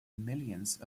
millions